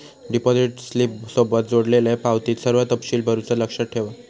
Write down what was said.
deposit स्लिपसोबत जोडलेल्यो पावतीत सर्व तपशील भरुचा लक्षात ठेवा